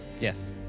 Yes